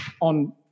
on